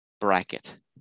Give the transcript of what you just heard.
bracket